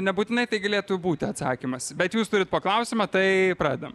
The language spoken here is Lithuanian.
nebūtinai tai galėtų būti atsakymas bet jūs turit po klausimą tai pradedam